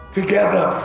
together